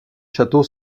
château